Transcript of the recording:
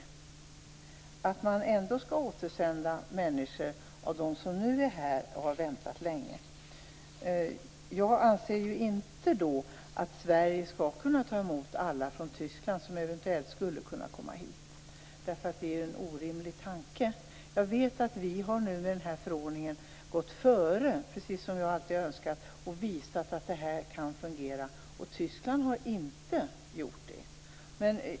Menar han att man ändå skall återsända människor bland dem som nu är här och som har väntat länge? Jag anser inte att Sverige skall ta emot alla från Tyskland som eventuellt skulle kunna komma hit. Det är en orimlig tanke. Jag vet att vi med den här förordningen nu har gått före, precis som jag alltid önskat, och visat att det här kan fungera. Tyskland har inte gjort det.